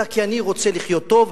אלא כי אני רוצה לחיות טוב,